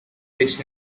which